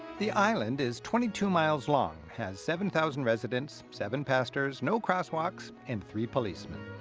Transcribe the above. the island is twenty two miles long, has seven thousand residents, seven pastors, no crosswalks, and three policemen.